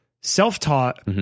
self-taught